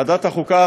ועדת החוקה,